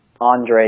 Andre